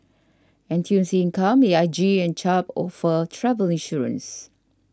N T U C Income A I G and Chubb offer travel insurance